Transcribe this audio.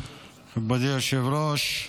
אדוני היושב-ראש,